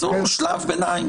תעשו שלב ביניים.